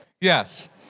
Yes